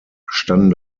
standen